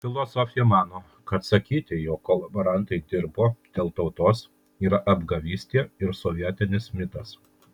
filosofė mano kad sakyti jog kolaborantai dirbo dėl tautos yra apgavystė ir sovietinis mitas